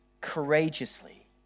courageously